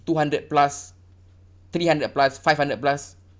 two hundred plus three hundred plus five hundred plus